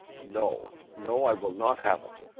no no. i will not have it.